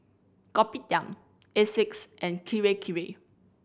Kopitiam Asics and Kirei Kirei